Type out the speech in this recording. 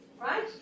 right